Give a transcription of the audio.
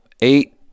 eight